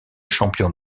champion